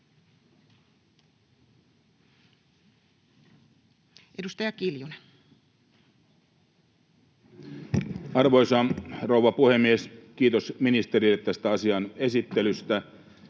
14:09 Content: Arvoisa rouva puhemies! Kiitos ministerille tästä asian esittelystä.